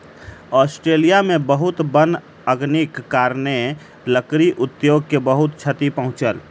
Australia में बहुत वन अग्निक कारणेँ, लकड़ी उद्योग के बहुत क्षति पहुँचल